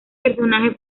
personaje